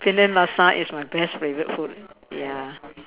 Penang laksa is my best favorite food ya